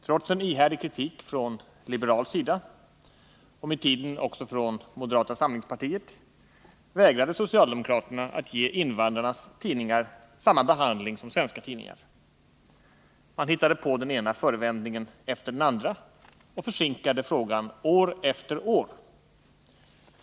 Trots en ihärdig kritik från liberal sida och med tiden även från moderata samlingspartiet vägrade socialdemokraterna att ge invandrarnas tidningar samma behandling som svenska tidningar. Man hittade på den ena förevändningen efter den andra och Nr 115 försinkade frågan år efter år.